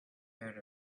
heard